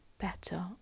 better